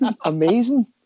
amazing